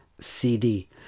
CD